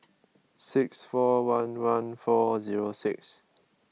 six four one one four zero six